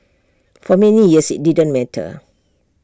for many years IT didn't matter